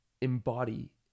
embody